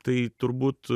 tai turbūt